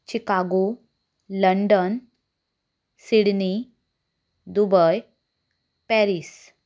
Chicago London Sydney Dubai Paris